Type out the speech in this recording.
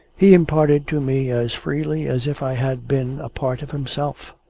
he imparted to me as freely as if i had been a part of himself.